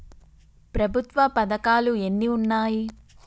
ప్రభుత్వ పథకాలు ఎన్ని ఉన్నాయి?